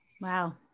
wow